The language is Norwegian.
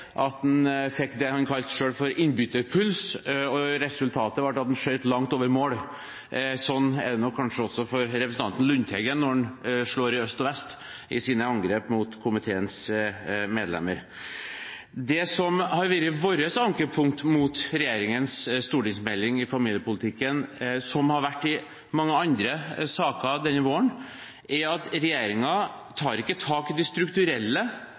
at han fikk det han selv kalte for «innbytterpuls», og resultatet var at han skjøt langt over mål. Sånn er det kanskje også for representanten Lundteigen når han slår i øst og vest i sine angrep på komiteens medlemmer. Det som har vært vårt ankepunkt mot regjeringens stortingsmelding i familiepolitikken, som det har vært i mange andre saker denne våren, er at regjeringen ikke tar tak i de strukturelle